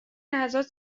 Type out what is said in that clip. لحظات